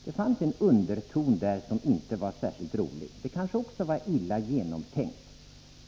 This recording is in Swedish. Det fanns en underton där som inte var särskilt rolig. Också detta kanske var illa genomtänkt.